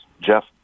Jeff